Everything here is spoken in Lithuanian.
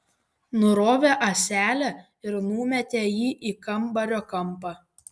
nurovė ąselę ir numetė jį į kambario kampą